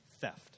theft